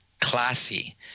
classy